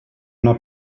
una